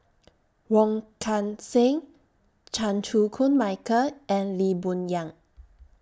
Wong Kan Seng Chan Chew Koon Michael and Lee Boon Yang